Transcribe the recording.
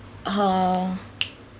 uh